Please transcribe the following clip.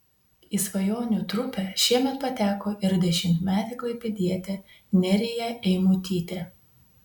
į svajonių trupę šiemet pateko ir dešimtmetė klaipėdietė nerija eimutytė